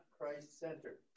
Christ-centered